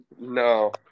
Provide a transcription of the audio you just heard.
No